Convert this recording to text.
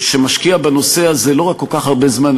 שמשקיע בנושא הזה לא רק כל כך הרבה זמן,